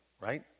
Right